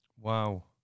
Wow